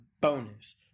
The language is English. bonus